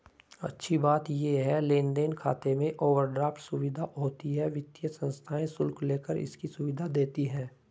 अच्छी बात ये है लेन देन खाते में ओवरड्राफ्ट सुविधा होती है वित्तीय संस्थाएं शुल्क लेकर इसकी सुविधा देती है